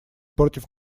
против